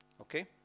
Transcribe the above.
Okay